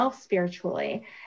spiritually